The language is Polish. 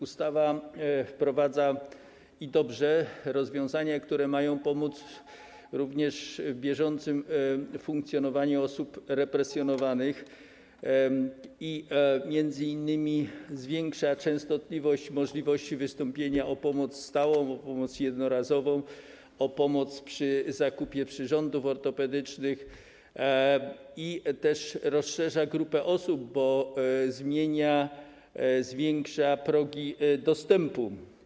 Ustawa wprowadza - i dobrze - rozwiązania, które mają pomóc również w bieżącym funkcjonowaniu osób represjonowanych, i m.in. zwiększa częstotliwość możliwości wystąpienia o pomoc stałą, o pomoc jednorazową, o pomoc przy zakupie przyrządów ortopedycznych, jak też rozszerza grupę osób, bo zmienia, zwiększa progi dostępu.